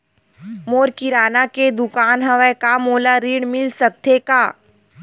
मोर किराना के दुकान हवय का मोला ऋण मिल सकथे का?